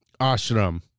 Ashram